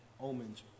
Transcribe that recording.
omens